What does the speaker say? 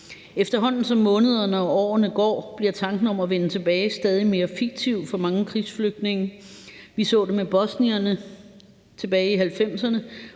Efterhånden som månederne og årene går, bliver tanken om at vende tilbage stadig mere fiktiv for mange krigsflygtninge. Vi så det med bosnierne tilbage i 1990'erne,